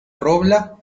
robla